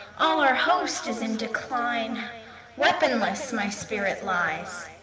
all our host is in decline weaponless my spirit lies.